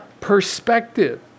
Perspective